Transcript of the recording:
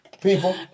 people